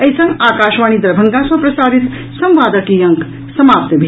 एहि संग आकाशवाणी दरभंगा सँ प्रसारित संवादक ई अंक समाप्त भेल